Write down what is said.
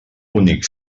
únic